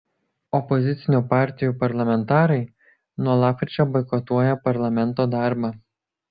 opozicinių partijų parlamentarai nuo lapkričio boikotuoja parlamento darbą